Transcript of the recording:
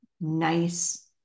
nice